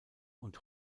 und